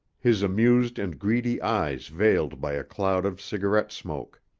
his amused and greedy eyes veiled by a cloud of cigarette smoke.